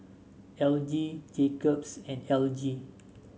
L G Jacob's and L G